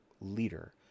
leader